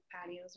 patios